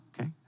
okay